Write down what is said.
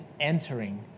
entering